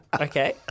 Okay